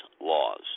laws